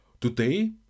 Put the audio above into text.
Today